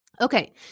Okay